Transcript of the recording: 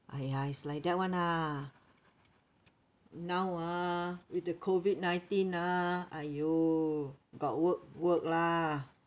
!aiya! is like that [one] lah now ah with the COVID-nineteen ah !aiyo! got work work lah